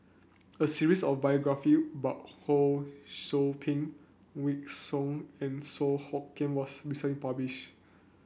a series of biography about Ho Sou Ping Wykidd Song and Song Hoot Kiam was recent publish